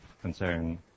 concern